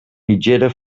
mitgera